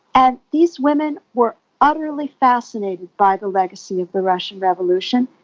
and these women were utterly fascinated by the legacy of the russian revolution,